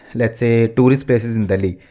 let's say tourist places in delhi.